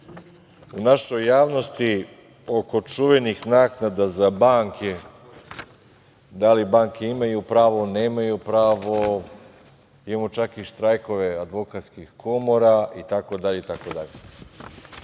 u našoj javnosti, oko čuvenih naknada za banke, da li banke imaju pravo, nemaju pravo, imamo čak i štrajkove advokatskih komora itd. Samo